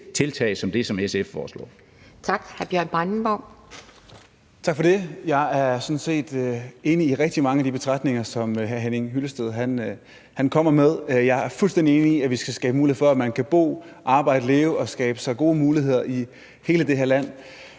Bjørn Brandenborg. Kl. 13:45 Bjørn Brandenborg (S): Tak for det. Jeg er sådan set enig i rigtig mange af de betragtninger, som hr. Henning Hyllested kommer med. Jeg er fuldstændig enig i, at vi skal skabe mulighed for, at man kan bo, arbejde, leve og skabe sig gode muligheder i hele det her land.